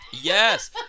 Yes